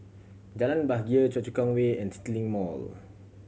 Jalan Bahagia Choa Chu Kang Way and CityLink Mall